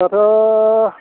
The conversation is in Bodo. दाथ'